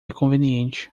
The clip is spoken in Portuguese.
conveniente